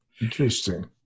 Interesting